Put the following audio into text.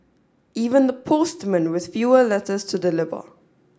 even the postmen with fewer letters to deliver